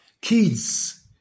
Kids